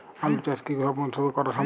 আলু চাষ কি সব মরশুমে করা সম্ভব?